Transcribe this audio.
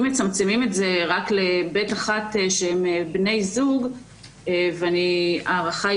אם מצמצמים את זה רק ל-ב1 שהם בני זוג - וההערכה היא